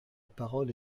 parole